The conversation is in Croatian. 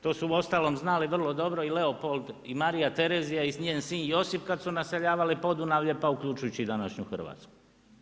To su uostalom znali vrlo dobro i Leopold i Marija Terezija i njen sin Josip kad su naseljavali Podunavlje pa uključujući i današnju Hrvatsku.